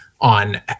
on